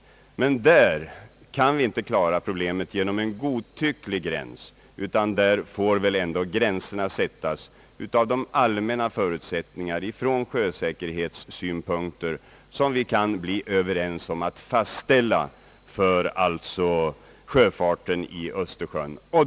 Vi kan inte klara problemet genom en godtycklig gräns, utan gränsen får sättas med hänsyn till de allmänna förutsättningar från sjösäkerhetssynpunkt som vi kan bli överens om att fastställa för sjöfarten på Östersjön.